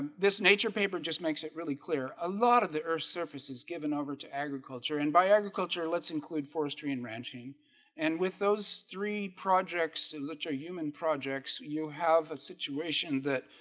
this nature paper just makes it really clear. a lot of the earth's surface is given over to agriculture and by agriculture let's include forestry and ranching and with those three projects and literal ah human projects. you have a situation that